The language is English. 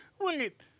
wait